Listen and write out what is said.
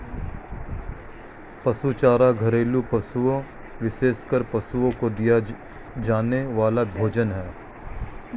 पशु चारा घरेलू पशुओं, विशेषकर पशुओं को दिया जाने वाला भोजन है